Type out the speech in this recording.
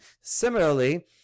similarly